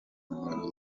b’ubuzima